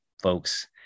folks